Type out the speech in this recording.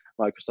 Microsoft